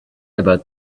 about